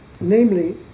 Namely